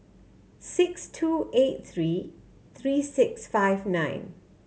six two eight three three six five nine